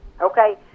Okay